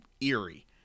eerie